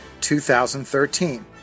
2013